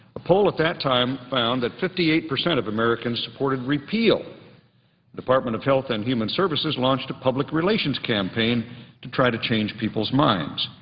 a poll at that time found that fifty eight percent of americans supported repeal the department of health and human services launched a public relations campaign to try to change people's minds.